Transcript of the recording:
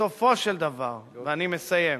בסופו של דבר, ואני מסיים,